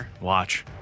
watch